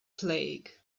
plague